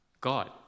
God